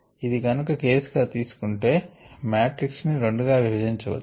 ఇది కనుక కేస్ గా తీసుకుంటే మాట్రిక్స్ ని రెండు గా విభజించవచ్చు